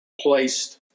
placed